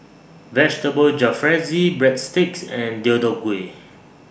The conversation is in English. Vegetable Jalfrezi Breadsticks and Deodeok Gui